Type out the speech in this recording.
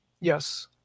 yes